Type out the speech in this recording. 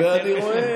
יותר קשה.